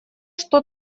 что